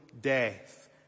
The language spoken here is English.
death